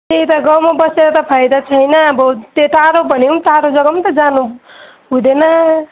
त्यही त गाउँमा बसेर त फाइदा छैन अब त्यो टाढो भने पनि टाढो जग्गा पनि त जानु हुँदैन